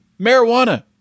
marijuana